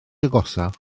agosaf